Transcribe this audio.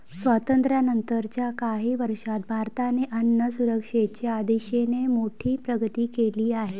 स्वातंत्र्यानंतर च्या काही वर्षांत भारताने अन्नसुरक्षेच्या दिशेने मोठी प्रगती केली आहे